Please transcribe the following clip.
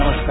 नमस्कार